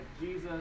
Jesus